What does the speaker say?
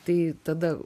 tai tada